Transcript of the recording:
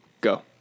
go